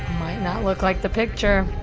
might not look like the picture,